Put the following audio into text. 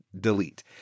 Delete